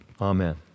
Amen